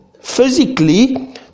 physically